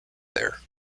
there